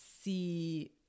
see